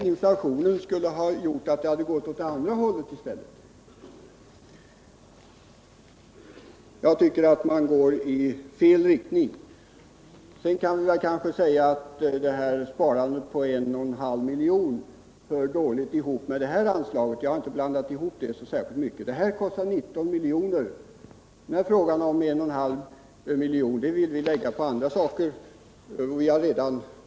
Inflationen borde ju ha gjort att man i stället vidtagit åtgärder åt motsatt håll. Jag tycker att man i den här frågan går i felaktig riktning. Sedan kan väl sägas att sparandet med 1,5 miljoner hör dåligt samman med frågan om det här anslaget. Jag har för min del inte blandat ihop dessa anslag särskilt mycket. Det här kostar 19 milj.kr. Frågan om sparandet med 1,5 miljoner har vi redan tagit upp i en motion.